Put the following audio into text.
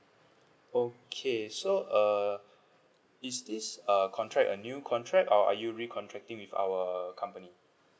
okay so err is this uh contract a new contract or are you re contracting with our company